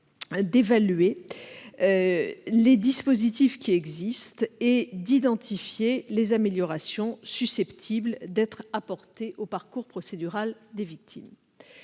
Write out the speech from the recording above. d'évaluer les dispositifs existants et d'identifier les améliorations susceptibles d'être apportées au parcours procédural des victimes.